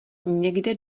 někde